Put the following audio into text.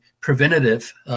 preventative